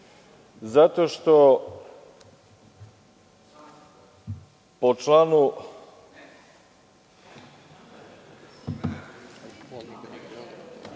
zato što po članu